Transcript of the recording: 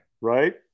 Right